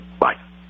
Bye